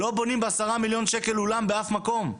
לא בונים בעשרה מיליון שקל אולם באף מקום.